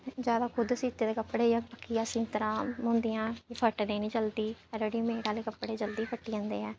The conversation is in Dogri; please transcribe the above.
जैदा खुद सीते दे कपड़े पक्कयिां सींतरां होंदियां फट्टदे निं जल्दी रेडी मेड आह्ले कपड़े जल्दी फट्टी जंदे ऐ